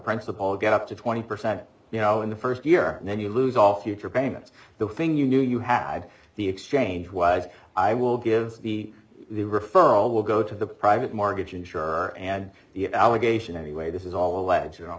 principal get up to twenty percent you know in the first year and then you lose all future payments the thing you knew you had the exchange was i will give the referral will go to the private mortgage insurer and the allegation anyway this is all lads are on